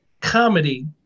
comedy